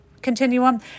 continuum